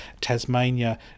Tasmania